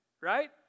right